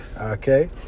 Okay